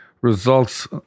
results